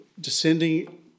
descending